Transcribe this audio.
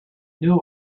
new